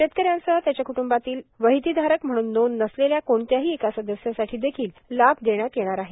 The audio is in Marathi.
शेतकऱ्यासह त्याच्या कृट्बातील वहितीधारक म्हणून नोंद नसलेल्या कोणत्याही एका सदस्यासाठी देखील लाभ देण्यात येणार आहे